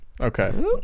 Okay